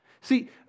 See